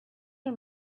are